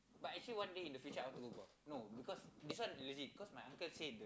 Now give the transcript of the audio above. but actually one day in the future I want to go no because that's why legit because my uncle say the